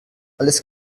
alles